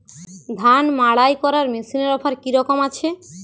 ধান মাড়াই করার মেশিনের অফার কী রকম আছে?